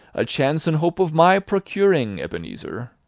a chance and hope of my procuring, ebenezer.